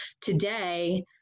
today